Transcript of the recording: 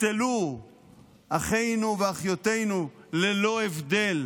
ונקטלו אחינו ואחיותינו ללא הבדל